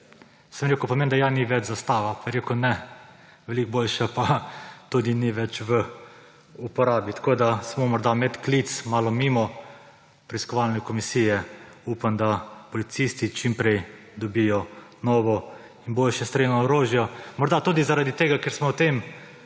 Sem rekel, pa menda ja ni več Zastava, pa je rekel, da ne, veliko boljše pa tudi ni več v uporabi. Tako samo malo medklic, malo mimo preiskovalne komisije. Upam, da policisti čim prej dobijo novo in boljše strelno orožje. Morda tudi zaradi tega, ker smo v tem